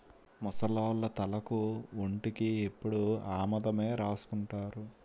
ముసలోళ్లు తలకు ఒంటికి ఎప్పుడు ఆముదమే రాసుకుంటారు